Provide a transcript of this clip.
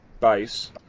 base